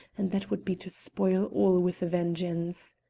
and that would be to spoil all with a vengeance.